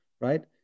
right